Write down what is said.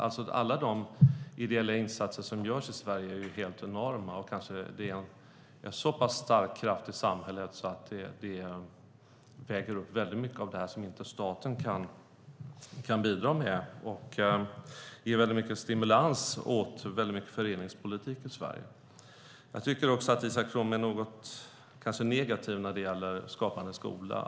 Alla de ideella insatser som görs i Sverige är helt enorma. Det är en så pass stark kraft i samhället att det väger upp mycket av det som inte staten kan bidra med. Det ger stor stimulans åt mycket av föreningspolitiken i Sverige. Jag tycker också att Isak From är något negativ när det gäller Skapande skola.